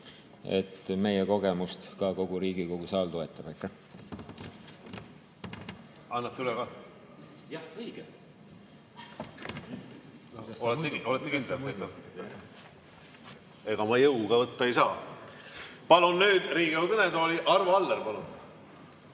et meie kogemust ka kogu Riigikogu saal toetab. Aitäh! Annate üle ka? Jah, õige! Jah, õige! Olete kindel? Ega ma jõuga võtta ei saa. Palun nüüd Riigikogu kõnetooli Arvo Alleri.